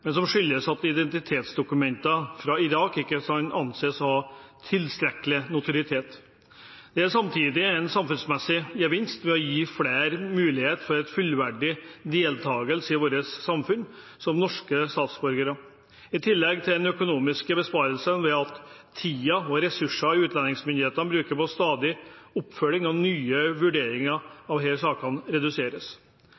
men som skyldes at identitetsdokumentene fra Irak ikke anses å ha tilstrekkelig notoritet. Det er samtidig en samfunnsmessig gevinst ved å gi flere mulighet for en fullverdig deltakelse i vårt samfunn som norske statsborgere, i tillegg til den økonomiske besparelsen ved at tiden og ressursene utlendingsmyndighetene bruker på stadig oppfølging av nye vurderinger